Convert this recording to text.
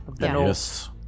Yes